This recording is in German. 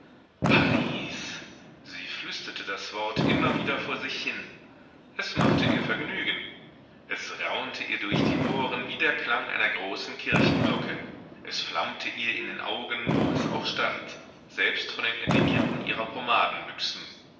paris sie flüsterte das wort immer wieder vor sich hin es machte ihr vergnügen es raunte ihr durch die ohren wie der klang einer großen kirchenglocke es flammte ihr in die augen wo es auch stand selbst von den etiketten ihrer